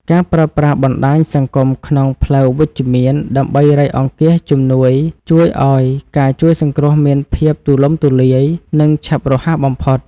ការប្រើប្រាស់បណ្តាញសង្គមក្នុងផ្លូវវិជ្ជមានដើម្បីរៃអង្គាសជំនួយជួយឱ្យការជួយសង្គ្រោះមានភាពទូលំទូលាយ និងឆាប់រហ័សបំផុត។